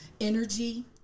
energy